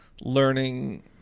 learning